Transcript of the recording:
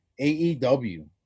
AEW